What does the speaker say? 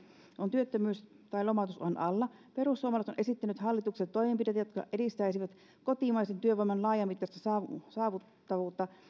on työttömyys tai lomautusuhan alla perussuomalaiset on esittänyt hallitukselle toimenpiteet jotka edistäisivät kotimaisen työvoiman laajamittaista saavutettavuutta